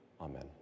Amen